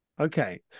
okay